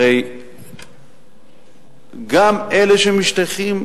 הרי גם אלה שמשתייכים